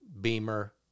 Beamer